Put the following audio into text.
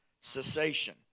cessation